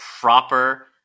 proper